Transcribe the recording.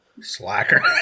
Slacker